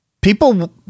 People